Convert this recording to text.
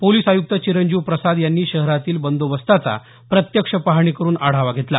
police आयुक्त चिरंजीव प्रसाद यांनी शहरातील बंदोबस्ताचा प्रत्यक्ष पाहणी करुन आढावा घेतला